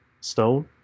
stone